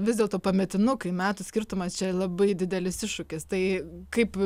vis dėlto pametinukai metų skirtumas čia labai didelis iššūkis tai kaip